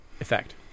effect